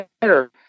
better